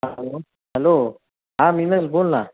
hello हा मिनल बोल ना